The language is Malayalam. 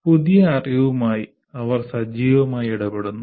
പുതിയ അറിവുമായി അവർ സജീവമായി ഇടപെടുന്നു